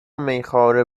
میخواره